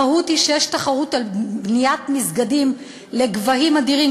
המהות היא שיש תחרות על בניית מסגדים לגבהים אדירים,